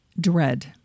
dread